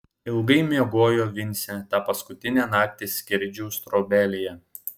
ilgai miegojo vincė tą paskutinę naktį skerdžiaus trobelėje